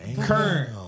Current